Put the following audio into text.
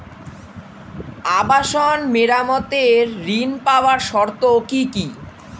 আবাসন মেরামতের ঋণ পাওয়ার শর্ত কি?